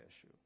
issue